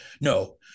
no